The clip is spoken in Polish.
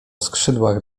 skrzydłach